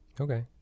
Okay